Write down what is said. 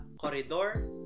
corridor